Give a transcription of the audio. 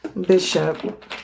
Bishop